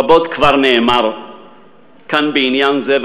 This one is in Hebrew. רבות כבר נאמר כאן בעניין זה,